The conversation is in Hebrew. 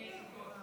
אדוני היושב-ראש.